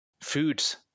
foods